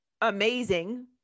amazing